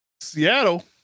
Seattle